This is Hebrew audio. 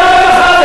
שר הרווחה.